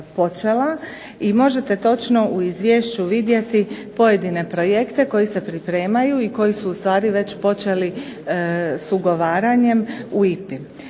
I možete točno u izvješću vidjeti pojedine projekte koji se pripremaju i koji su u stvari već počeli s ugovaranjem u IPA-i.